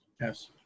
Yes